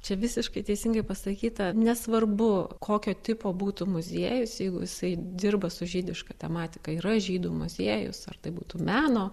čia visiškai teisingai pasakyta nesvarbu kokio tipo būtų muziejus jeigu jisai dirba su žydiška tematika yra žydų muziejus ar tai būtų meno